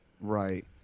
Right